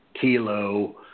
kilo